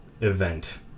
event